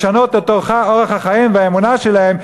לשנות את אורח החיים והאמונה שלהם,